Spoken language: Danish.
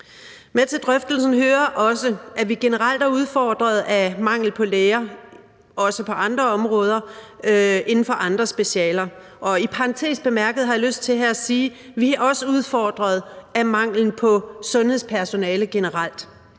Med til drøftelsen hører også, at vi generelt er udfordret af mangel på læger, også på andre områder, inden for andre specialer, og i parentes bemærket har jeg lyst til her at sige, at vi også er udfordret af manglen på sundhedspersonale generelt.